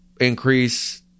increase